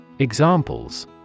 Examples